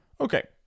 Okay